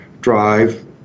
drive